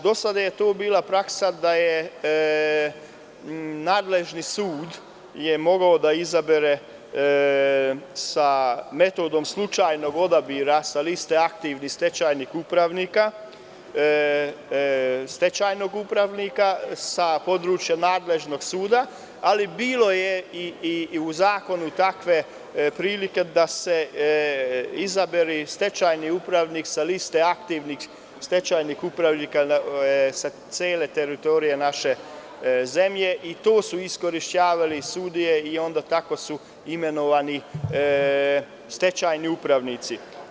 Do sada je tu bila praksa da je nadležni sud mogao da izabere sa metodom slučajnog odabira sa liste aktivnih stečajnih upravnika, stečajnog upravnika, sa područja nadležnog suda, ali bilo je i u zakonu takve prilike da je izabrani stečajni upravnik sa liste aktivnih stečajnih upravnika sa cele teritorije naše zemlje i to su iskorišćavale sudije i onda su tako imenovani stečajni upravnici.